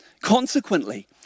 Consequently